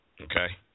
okay